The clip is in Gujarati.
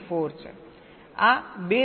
4 છે આ 2 ધાર ત્યાં 0